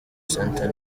center